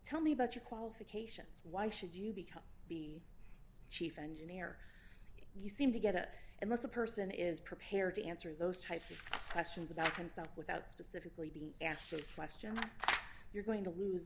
tell me about your qualifications why should you become be chief engineer you seem to get it unless a person is prepared to answer those types of questions about himself without specifically asked that question you're going to lose